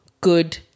good